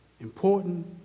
important